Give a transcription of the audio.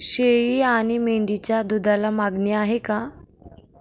शेळी आणि मेंढीच्या दूधाला मागणी आहे का?